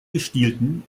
gestielten